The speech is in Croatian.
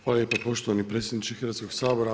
Hvala lijepo poštovani predsjedniče Hrvatskog sabora.